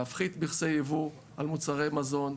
להפחית מכסי יבוא על מוצרי מזון,